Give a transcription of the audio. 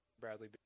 Bradley